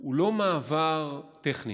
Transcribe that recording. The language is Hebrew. הוא לא מעבר טכני.